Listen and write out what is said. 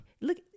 Look